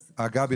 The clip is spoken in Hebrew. לפני כן גבי,